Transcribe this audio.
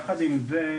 יחד עם זאת,